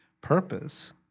purpose